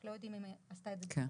אך לא יודעים אם היא עשתה את זה בפועל.